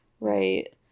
right